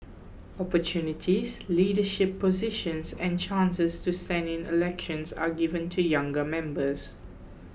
opportunities leadership positions and chances to stand in elections are given to younger members